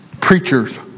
preachers